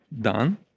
done